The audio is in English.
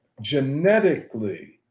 genetically